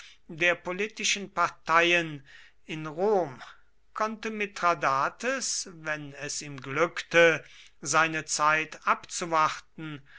der politischen parteien in rom konnte mithradates wenn es ihm glückte seine zeit abzuwarten